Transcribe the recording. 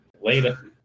Later